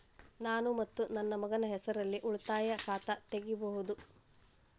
ನಾನು ಮತ್ತು ನನ್ನ ಮಗನ ಹೆಸರಲ್ಲೇ ಉಳಿತಾಯ ಖಾತ ತೆಗಿಬಹುದ?